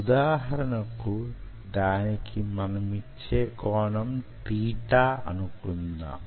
ఉదాహరణకు దానికి మనమిచ్చే కోణం తీటా అనుకుందాం